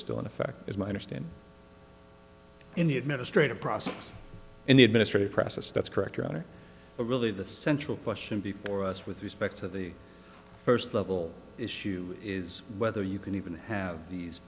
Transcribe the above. still in effect is my understanding in the administrative process in the administrative process that's correct your honor but really the central question before us with respect to the first level issue is whether you can even have these